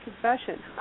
confession